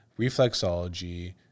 reflexology